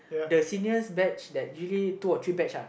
the seniors batch that usually two or three batch lah